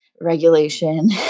regulation